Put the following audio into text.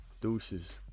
Deuces